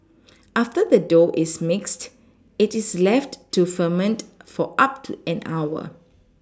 after the dough is mixed it is left to ferment for up to an hour